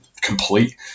complete